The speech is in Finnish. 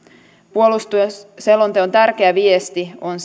puolustusselonteon tärkeä viesti on